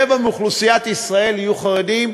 רבע מאוכלוסיית ישראל יהיו חרדים.